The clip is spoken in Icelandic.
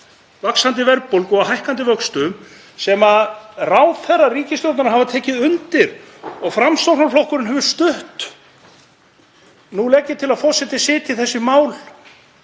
vaxandi verðbólgu og hækkandi vöxtum sem ráðherrar ríkisstjórnarinnar hafa tekið undir og Framsóknarflokkurinn hefur stutt. Nú legg ég til að forseti setji þessi mál